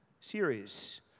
series